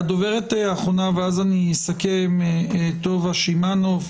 הדוברת האחרונה טובה שימנוב,